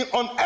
on